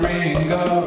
Ringo